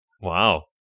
Wow